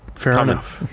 fair enough.